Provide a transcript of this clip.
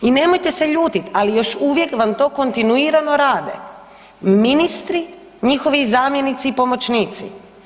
I nemojte se ljutit, ali još uvijek vam to kontinuirano rade, ministri, njihovi zamjenici i pomoćnici.